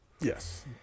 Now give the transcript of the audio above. Yes